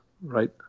right